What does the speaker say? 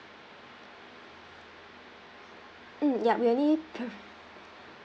mm yup we only pro~